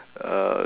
uh